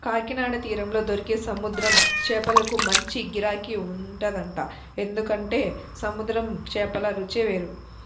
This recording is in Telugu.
కాకినాడ తీరంలో దొరికే సముద్రం చేపలకు మంచి గిరాకీ ఉంటదంట, ఎందుకంటే సముద్రం చేపల రుచే వేరు